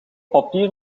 papier